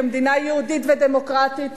כמדינה יהודית ודמוקרטית,